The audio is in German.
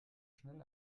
schnell